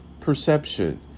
perception